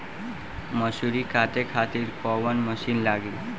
मसूरी काटे खातिर कोवन मसिन लागी?